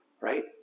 Right